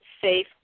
safe